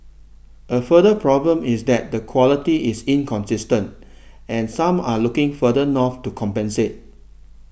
a further problem is that the quality is inconsistent and some are looking further north to compensate